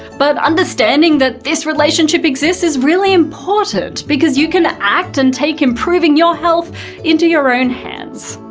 but understanding that this relationship exists is really important because you can act and take improving your health into your own hands.